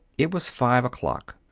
it was five o'clock.